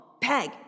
Peg